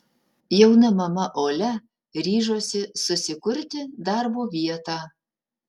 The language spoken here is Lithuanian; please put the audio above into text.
jauna mama olia ryžosi susikurti darbo vietą